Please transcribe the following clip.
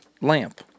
lamp